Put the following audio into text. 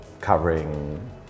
covering